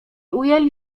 ujęli